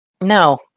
no